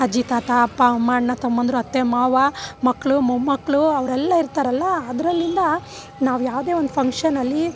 ಅಜ್ಜಿ ತಾತ ಅಪ್ಪ ಅಮ್ಮ ಅಣ್ಣ ತಮ್ಮಂದ್ರು ಅತ್ತೆ ಮಾವ ಮಕ್ಕಳು ಮೊಮ್ಮಕ್ಕಳು ಅವರೆಲ್ಲ ಇರ್ತಾರಲ್ಲ ಅದ್ರಿಂದ ನಾವು ಯಾವುದೇ ಒಂದು ಫಂಕ್ಷನಲ್ಲಿ